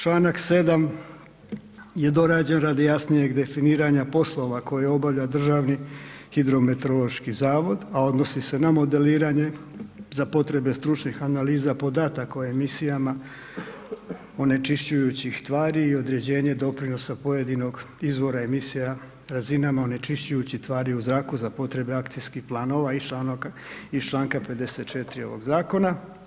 Članak 7. je dorađen radi jasnijeg definiranja poslova koje obavlja Državni hidrometeorološki zavod, a odnosi se na modeliranje za potrebe stručnih analiza podataka o emisijama onečišćujućih tvari i određenje doprinosa pojedinog izvora emisija razinama onečišćujućih tvari u zraku za potrebe akcijskih planova i Članka 54. ovog zakona.